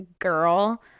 girl